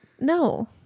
No